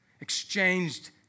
exchanged